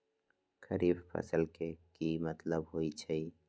खरीफ फसल के की मतलब होइ छइ?